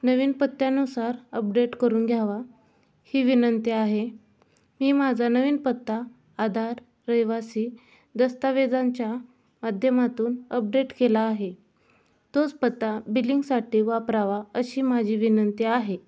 नवीन पत्त्यानुसार अपडेट करून घ्यावा ही विनंती आहे मी माझा नवीन पत्ता आधार रहिवासी दस्तावेजांच्या माध्यमातून अपडेट केला आहे तोच पत्ता बिलिंगसाठी वापरावा अशी माझी विनंती आहे